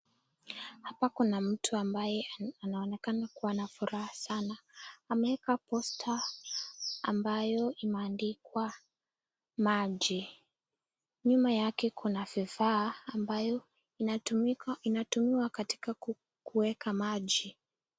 Hapa kuna mtu ambaye anaonekana kuwa na furaha sana. Ameeka posta ambayo imeandikwa maji. Nyuma yake kuna vifaa ambayo inatumiwa katika kueka maji.